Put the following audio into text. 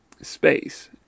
space